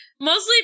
Mostly